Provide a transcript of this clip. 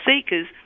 Seekers